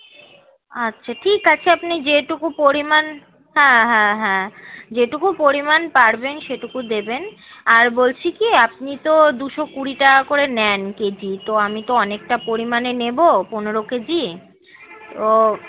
আচ্ছা ঠিক আছে আপনি যেটুকু পরিমাণ হ্যাঁ হ্যাঁ হ্যাঁ যেটুকু পরিমাণ পারবেন সেটুকু দেবেন আর বলছি কি আপনি তো দুশো কুড়ি টাকা করে নেন কেজি তো আমি তো অনেকটা পরিমাণে নেবো পনেরো কেজি তো